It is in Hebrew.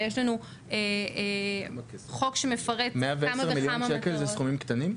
ויש לנו חוק שמפרט כמה וכמה --- 110 מיליון שקל זה סכומים קטנים?